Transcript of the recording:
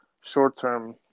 short-term